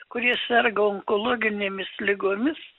kurie serga onkologinėmis ligomis